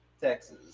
Texas